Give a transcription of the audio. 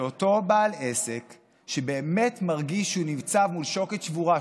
שאותו בעל עסק שבאמת מרגיש שהוא ניצב מול שוקת שבורה,